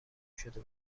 شده